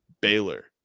Baylor